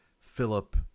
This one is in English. Philip